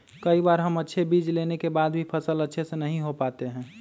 कई बार हम अच्छे बीज लेने के बाद भी फसल अच्छे से नहीं हो पाते हैं?